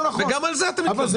וגם על זה אתם מתלוננים.